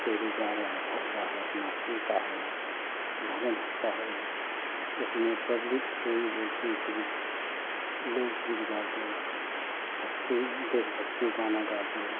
तेरी गा रहा है भर रहा है अपना सुनता है भजन होता है उसमें पब्लिक यही बोलती है कभी लोकगीत गा दो भक्ति देश भक्ति गाना गा दो